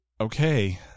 okay